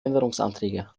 änderungsanträge